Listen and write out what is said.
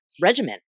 regiment